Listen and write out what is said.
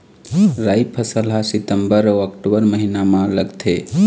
राई फसल हा सितंबर अऊ अक्टूबर महीना मा लगथे